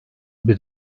bir